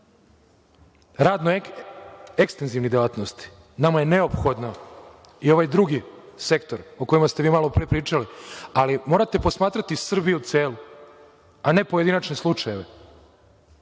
radno-ekstenzivnih delatnosti, nama je neophodan i ovaj drugi sektor, o kojima ste vi malopre pričali. Ali, morate posmatrati Srbiju celu, a ne pojedinačne slučajeve. Slažem